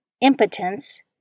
impotence